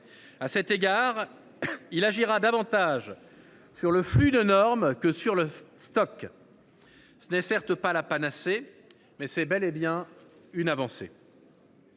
haut conseil agira davantage sur le flux de normes que sur leur stock. Cela n’est certes pas la panacée, mais cela représente bel et bien une avancée.